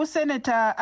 Senator